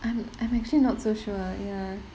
I'm I'm actually not so sure ya